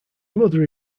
mother